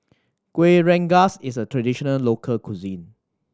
Kueh Rengas is a traditional local cuisine